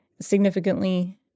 significantly